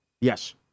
yes